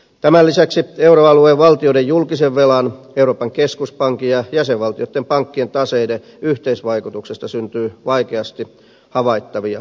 tämän lisäksi euroalueen valtioiden julkisen velan euroopan keskuspankin ja jäsenvaltioitten pankkien taseiden yhteisvaikutuksesta syntyy vaikeasti havaittavia riskejä